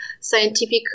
scientific